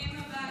אם הבית,